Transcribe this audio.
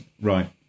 Right